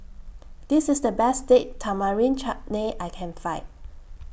This IS The Best Date Tamarind Chutney I Can Find